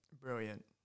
Brilliant